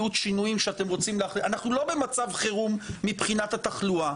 אנחנו לא במצב חירום מבחינת התחלואה.